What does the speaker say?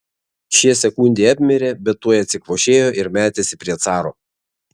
šie sekundei apmirė bet tuoj atsikvošėjo ir metėsi prie caro